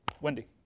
Wendy